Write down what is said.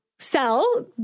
sell